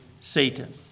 Satan